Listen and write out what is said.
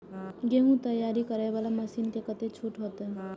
गेहूं तैयारी करे वाला मशीन में कतेक छूट होते?